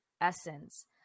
essence